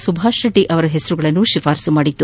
ಸುಭಾಷ್ ರೆಡ್ಡಿ ಅವರ ಹೆಸರುಗಳನ್ನು ಶಿಫಾರಸು ಮಾಡಿತ್ತು